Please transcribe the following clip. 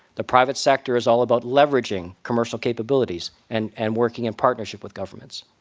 the private sector is all about leveraging commercial capabilities and and working in partnership with governments.